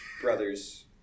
brother's